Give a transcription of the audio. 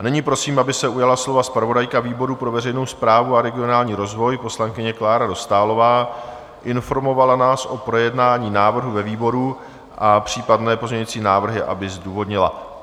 Nyní prosím, aby se ujala slova zpravodajka výboru pro veřejnou správu a regionální rozvoj, poslankyně Klára Dostálová, informovala nás o projednání návrhu ve výboru a případné pozměňující návrhy aby zdůvodnila.